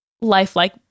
lifelike